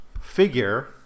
figure